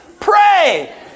Pray